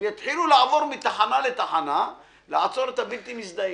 שיתחילו לעבור מתחנה לתחנה לעצור את הבלתי מזדהים.